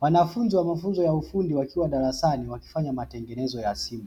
Wanafunzi wa mafunzo ya ufundi, wakiwa darasani wakifanya matengenezo ya simu,